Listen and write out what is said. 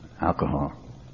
alcohol